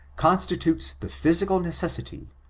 constitutes the physical necessity,